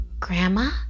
Grandma